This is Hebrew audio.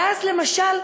ואז, למשל,